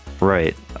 Right